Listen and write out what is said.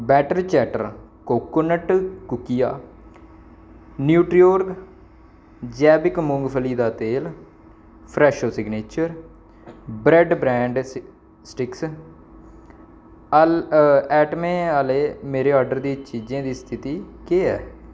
better chatter coconut कुकिया Nutriorg जैविक मुंगफली दा तेल Fresho signature jeera bread brand sticks आइटमें आह्ले मेरे आर्डर दी चीजें दी स्थिति केह् ऐ